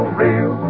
real